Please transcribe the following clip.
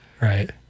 right